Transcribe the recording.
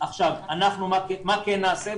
מה כן נעשה?